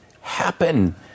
happen